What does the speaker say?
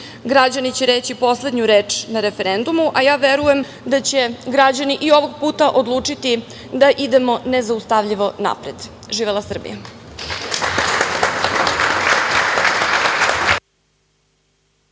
Građani će reći poslednju reč na referendumu, a ja verujem da će građani i ovog puta odlučiti da idemo nezaustavljivo napred. Živela Srbija!